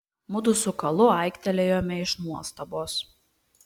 mudu su kalu aiktelėjome iš nuostabos